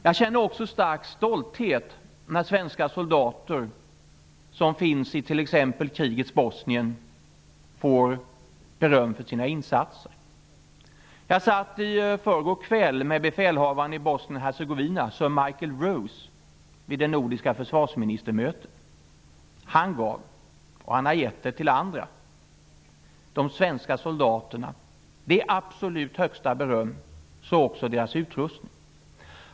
Jag känner också stark stolthet när svenska soldater, som finns i t.ex. krigets Bosnien, får beröm för sina insatser. Jag satt i förrgår kväll med befälhavaren i Bosnien-Hercegovina, Sir Michael Rose, vid det nordiska försvarsministermötet. Han gav, och har gett till andra, de svenska soldaterna det absolut högsta beröm, så också deras utrustning.